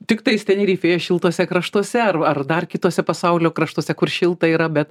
tiktais tenerifėje šiltuose kraštuose ar ar dar kituose pasaulio kraštuose kur šilta yra bet